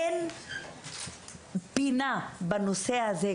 אין פינה בנושא הזה,